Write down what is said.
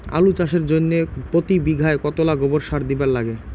আলু চাষের জইন্যে প্রতি বিঘায় কতোলা গোবর সার দিবার লাগে?